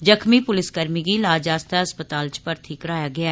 ज़ख्मी पुलिसकर्मी गी इलाज आस्तै अस्पताल भर्थी कराया गेया